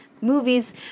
movies